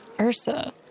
Ursa